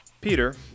Peter